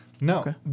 No